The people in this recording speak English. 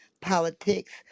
politics